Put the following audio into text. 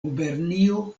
gubernio